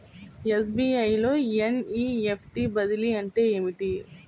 SBI లో NEFT బదిలీ అంటే ఏమిటి?